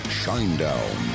shinedown